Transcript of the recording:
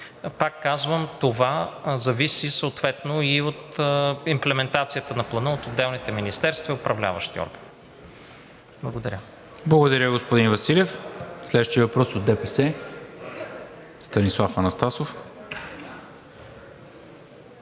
Пак казвам, това зависи съответно и от имплементацията на Плана от отделните министерства и Управляващия орган. Благодаря. ПРЕДСЕДАТЕЛ НИКОЛА МИНЧЕВ: Благодаря, господин Василев. Следващият въпрос е от ДПС – Станислав Анастасов.